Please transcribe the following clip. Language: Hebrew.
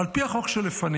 על פי החוק שלפנינו,